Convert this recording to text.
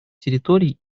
территорий